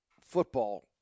football